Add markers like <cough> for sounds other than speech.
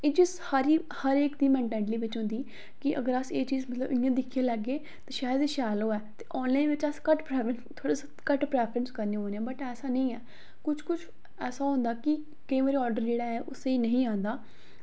एह् चीज हर ही हर इक दी मेंटाटिली बिच होंदी कि अगर अस एह् चीज मतलव इं'या दिक्खियै लैगे ते शायद एह् शैल होऐ ते आनलाईन बिच अस घट्ट <unintelligible> थोह्ड़ा अस घट्ट प्रेफ्रेंस करने होने बट ऐसा निं ऐ कुछ कुछ ऐसा होंदा कि केईं बारी आर्डर जेह्ड़ा ऐ ओह् स्हेई नेईं आंदा